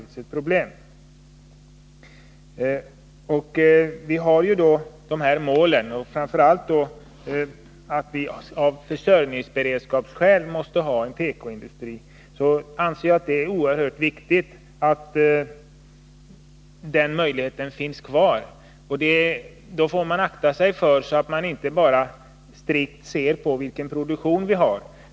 Jag vill erinra om att vi framför allt har det målet att vi av försörjningsberedskapsskäl måste ha en tekoindustri. Jag anser att det är oerhört viktigt att den försörjningsmöjligheten finns kvar. Man får emellertid akta sig för att bara strikt se på vilken produktion vi har.